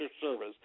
service